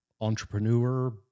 entrepreneur